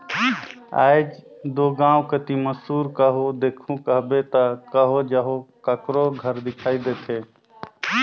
आएज दो गाँव कती मूसर कहो देखहू कहबे ता कहो जहो काकरो घर दिखई देथे